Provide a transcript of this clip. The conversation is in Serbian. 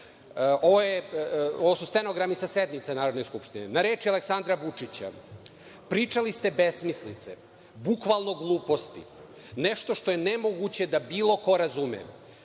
Ovo su stenogrami sa sednice Narodne skupštine – na reči Aleksandra Vučića – pričali ste besmislice, bukvalno gluposti, nešto što je nemoguće da bilo ko razume,